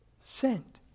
Sent